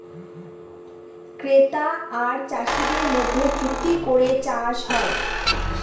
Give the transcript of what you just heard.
ক্রেতা আর চাষীদের মধ্যে চুক্তি করে চাষ হয়